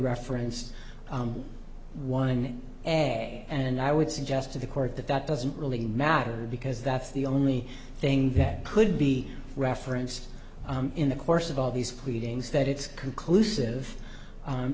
referenced one and i would suggest to the court that that doesn't really matter because that's the only thing that could be referenced in the course of all these pleadings that it's conclusive